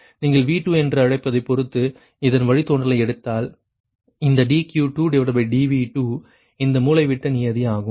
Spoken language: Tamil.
நீங்கள் V2 என்று அழைப்பதை பொறுத்து இதன் வழித்தோன்றல் எடுத்தால் இந்த dQ2dV2 இந்த மூலைவிட்ட நியதி ஆகும்